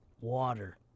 water